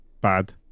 bad